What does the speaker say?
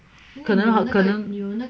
可能 hor 可能